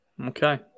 Okay